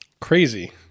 crazy